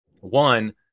One